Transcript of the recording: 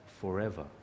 forever